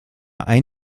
ein